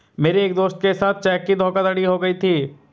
मेरे एक दोस्त के साथ चेक की धोखाधड़ी हो गयी थी